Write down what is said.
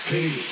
Hey